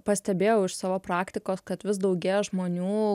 pastebėjau iš savo praktikos kad vis daugėja žmonių